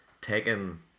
taken